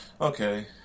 Okay